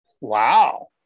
wow